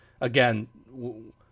Again